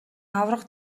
аварга